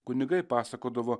kunigai pasakodavo